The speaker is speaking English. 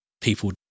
people